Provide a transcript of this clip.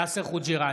יאסר חוג'יראת,